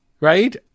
Right